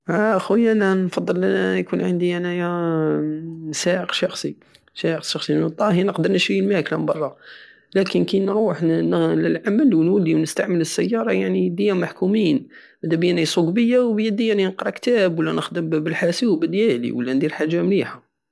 انا نفضل يكون عندي انايا سائق شخصي- سائق شخصي لانو الطاهي انا نقدر نشري الماكلة من برة لكين كي نروح للعمل ونولي ونستعمل السيارة يعني يديا محكومين مدابية يسوقو بية ويدية راني نقرى كتاب ولا نخدم بالحاسوب الديالي ولا ندير حاجة مليحة